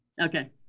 Okay